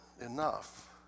enough